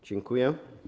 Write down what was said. Dziękuję.